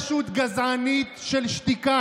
את פשוט גזענית של שתיקה,